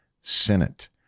Senate